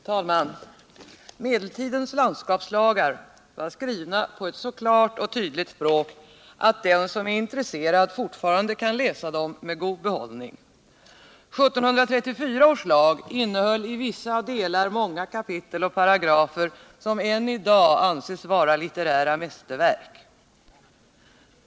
Herr talman! Medeltidens landskapslagar var skrivna på ett så klart och tydligt språk att den som är intresserad fortfarande kan läsa dem med god behållning. 1734 års lag innehöll i vissa delar många kapitel och paragrafer som än i dag anses vara iitterära mästerverk.